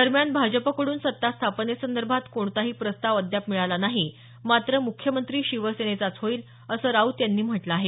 दरम्यान भाजपाकडून सत्ता स्थापनेसंदर्भात कोणताही प्रस्ताव अद्याप मिळाला नाही मात्र मुख्यमंत्री शिवसेनेचाचं होईल असं राऊत यांनी म्हटलं आहे